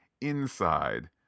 inside